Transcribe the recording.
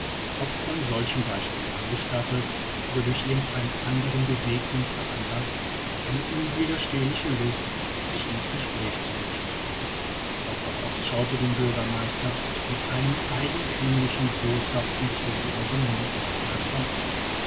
ob von solchem beispiel angestachelt oder durch irgend einen andern beweggrund veranlaßt eine unwiderstehliche lust sich in's gespräch zu mischen doctor ox schaute den bürgermeister mit einem eigenthümlich boshaften zuge um den mund aufmerksam an